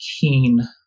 keen